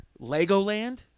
Legoland